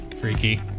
Freaky